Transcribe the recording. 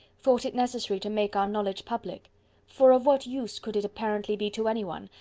thought it necessary to make our knowledge public for of what use could it apparently be to any one,